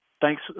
Thanks